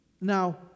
Now